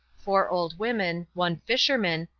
four old women, one fisherman,